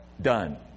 done